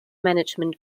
management